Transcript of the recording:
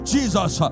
Jesus